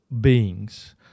beings